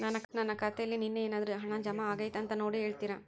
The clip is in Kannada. ನನ್ನ ಖಾತೆಯಲ್ಲಿ ನಿನ್ನೆ ಏನಾದರೂ ಹಣ ಜಮಾ ಆಗೈತಾ ಅಂತ ನೋಡಿ ಹೇಳ್ತೇರಾ?